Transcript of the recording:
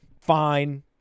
Fine